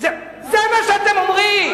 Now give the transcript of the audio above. זה מה שאתם אומרים.